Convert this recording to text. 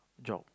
job